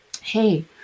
Hey